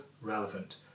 relevant